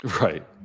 Right